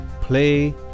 play